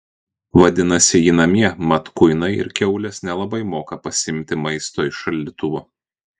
vadinasi ji namie mat kuinai ir kiaulės nelabai moka pasiimti maisto iš šaldytuvo